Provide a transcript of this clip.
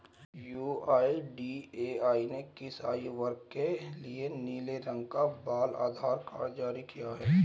UIDAI ने किस आयु वर्ग के लिए नीले रंग का बाल आधार कार्ड जारी किया है?